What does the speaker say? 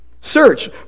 search